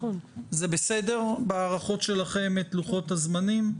זה בסדר בהערכות שלכם את לוחות הזמנים?